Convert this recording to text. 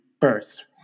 first